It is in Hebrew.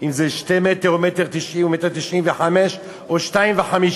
אם זה 2 מטר או 1.90 מטר או 1.95 או 2.05?